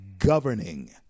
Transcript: governing